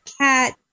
cat